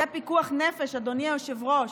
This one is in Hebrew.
זה פיקוח נפש, אדוני היושב-ראש.